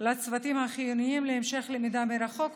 צוותים החיוניים להמשך למידה מרחוק.